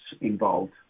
involved